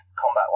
combat